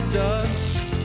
dust